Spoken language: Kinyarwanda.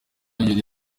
yari